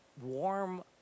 warm